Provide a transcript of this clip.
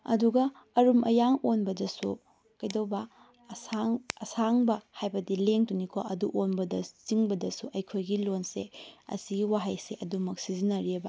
ꯑꯗꯨꯒ ꯑꯔꯨꯝ ꯑꯌꯥꯡ ꯑꯣꯟꯕꯗꯁꯨ ꯀꯩꯗꯧꯕ ꯑꯁꯥꯡ ꯑꯁꯥꯡꯕ ꯍꯥꯏꯕꯗꯤ ꯂꯦꯡꯗꯨꯅꯤꯀꯣ ꯑꯗꯨ ꯑꯣꯟꯕꯗ ꯆꯤꯡꯕꯗꯁꯨ ꯑꯩꯈꯣꯏꯒꯤ ꯂꯣꯟꯁꯦ ꯑꯁꯤꯒꯤ ꯋꯥꯍꯩꯁꯦ ꯑꯗꯨꯝꯃꯛ ꯁꯤꯖꯤꯟꯅꯔꯤꯑꯕ